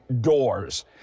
doors